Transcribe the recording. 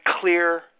clear